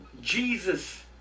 Jesus